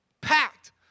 Packed